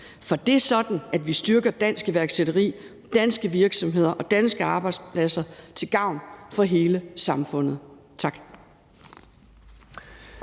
For det er sådan, vi styrker dansk iværksætteri, danske virksomheder og danske arbejdspladser til gavn for hele samfundet. Tak.